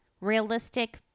realistic